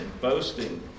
boasting